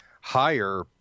higher